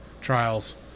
Trials